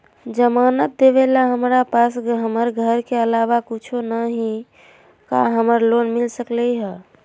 जमानत देवेला हमरा पास हमर घर के अलावा कुछो न ही का हमरा लोन मिल सकई ह?